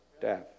death